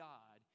God